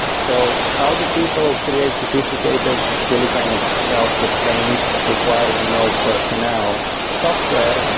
so how do people create sophisticated fully kind of self-sustained requiring no personnel software?